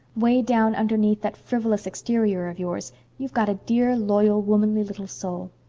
way down underneath that frivolous exterior of yours you've got a dear, loyal, womanly little soul.